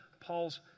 Paul's